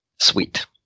sweet